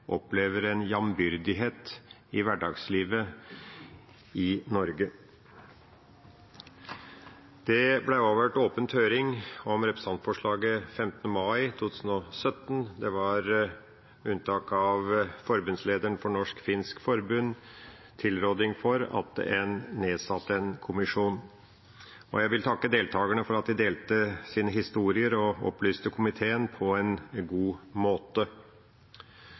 opplever en jambyrdighet i hverdagslivet i Norge. Det ble avholdt åpen høring om representantforslaget 15. mai 2017. Alle – med unntak av forbundslederen for Norsk-Finsk-Forbund – tilrådde at en nedsatte en kommisjon. Jeg vil takke deltakerne for at de delte sine historier og opplyste komiteen på en god måte.